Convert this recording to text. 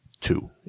two